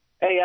Hey